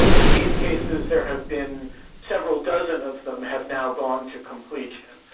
and these cases, there have been several dozen of them have now gone to completion.